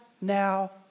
now